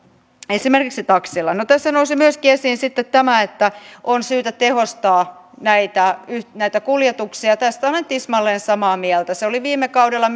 esimerkiksi taksilla tässä nousi myöskin esiin sitten tämä että on syytä tehostaa näitä kuljetuksia tästä olen tismalleen samaa mieltä viime kaudella